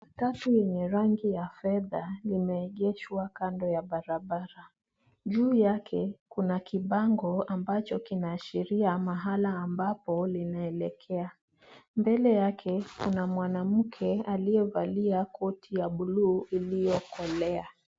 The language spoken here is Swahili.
Gari lenye rangi ya fedha limeegeshwa kando ya barabara. Juu yake kuna kibango ambacho kinaashiria mahala ambapo linaelekea. Mbele yake kuna mwanamke aliyevalia koti ya buluu iliyokolea.